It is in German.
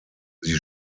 sie